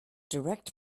direct